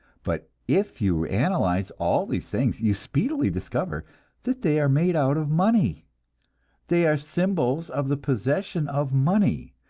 but if you analyze all these things, you speedily discover that they are made out of money they are symbols of the possession of money,